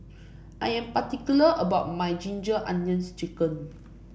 I am particular about my Ginger Onions chicken